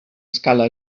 scala